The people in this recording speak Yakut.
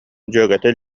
дьүөгэтэ